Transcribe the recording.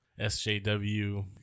SJW